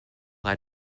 had